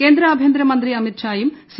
കേന്ദ്ര ആഭ്യന്തരമന്ത്രി അമിത് ഷായും സി